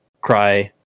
cry